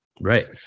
Right